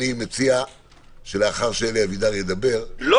אני מציע שלאחר שאלי אבידר ידבר, נצא לעבודה.